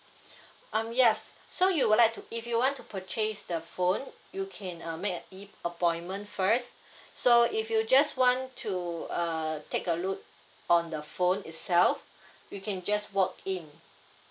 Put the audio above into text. um yes so you would like to if you want to purchase the phone you can uh make a E appointment first so if you just want to uh take a look on the phone itself you can just walk in